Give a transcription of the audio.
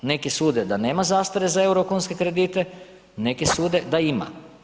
Neki sude da nema zastare za euro-kunske kredite, neki sude da ima.